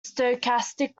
stochastic